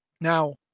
Now